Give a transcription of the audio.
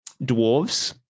dwarves